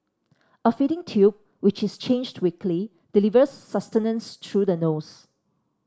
a feeding tube which is changed weekly delivers sustenance through the nose